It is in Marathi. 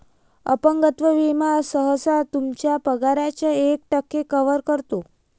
अपंगत्व विमा सहसा तुमच्या पगाराच्या एक टक्के कव्हर करतो